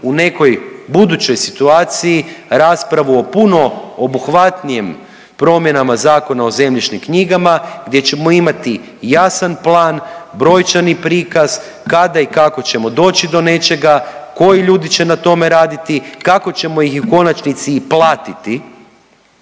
u nekoj budućoj situaciji raspravu o puno obuhvatnijem promjenama Zakona o zemljišnim knjigama gdje ćemo imati jasan plan, brojčani prikaz, kada i kako ćemo doći do nečega, koji ljudi će na tome raditi, kako ćemo ih i u konačnici i platiti